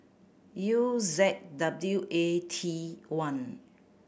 U Z W A T one